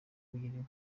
uyirimo